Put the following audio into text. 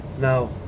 Now